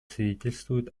свидетельствуют